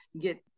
get